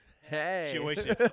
Hey